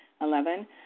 Eleven